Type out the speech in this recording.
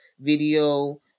video